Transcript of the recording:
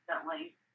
constantly